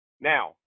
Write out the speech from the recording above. Now